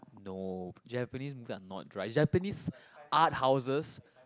no Japanese are not dry Japanese art houses